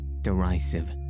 derisive